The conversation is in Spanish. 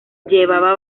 llevaba